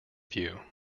view